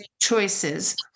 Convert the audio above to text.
choices